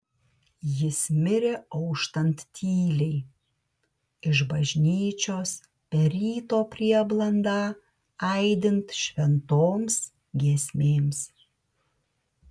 jis mirė auštant tyliai iš bažnyčios per ryto prieblandą aidint šventoms giesmėms